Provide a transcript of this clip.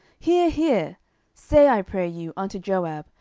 hear, hear say, i pray you, unto joab,